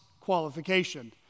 qualification